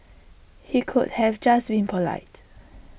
he could have just been polite